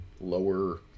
lower